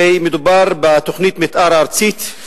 מדובר בתוכנית המיתאר הארצית,